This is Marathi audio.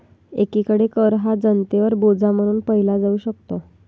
एकीकडे कर हा जनतेवर बोजा म्हणून पाहिला जाऊ शकतो